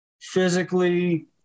physically